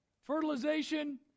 fertilization